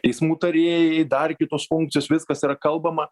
teismų tarėjai dar kitos funkcijos viskas yra kalbama